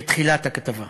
בתחילת הכתבה,